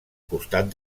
costat